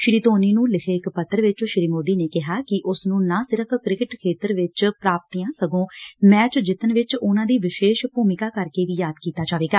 ਸ੍ਰੀ ਧੋਨੀ ਨੂੰ ਲਿਖੇ ਇਕ ਪੱਤਰ 'ਚ ਸ੍ਰੀ ਸੋਦੀ ਨੇ ਕਿਹਾ ਕਿ ਉਸ ਨੂੰ ਨਾ ਸਿਰਫ਼ ਕ੍ਰਿਕੇਟ ਖੇਤਰ ਵਿਚ ਪ੍ਰਾਪਤੀਆਂ ਸਗੋ' ਮੈਚ ਜਿੱਤਣ ਵਿਚ ਉਨੂਾਂ ਦੀ ਵਿਸ਼ੇਸ਼ ਭੁਮਿਕਾ ਕਰਕੇ ਯਾਦ ਕੀਤਾ ਜਾਵੇਗਾ